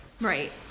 right